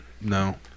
No